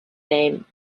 name